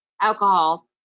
alcohol